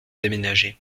déménager